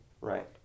Right